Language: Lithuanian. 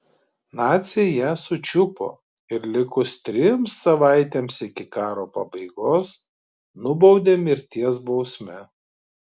naciai ją sučiupo ir likus trims savaitėms iki karo pabaigos nubaudė mirties bausme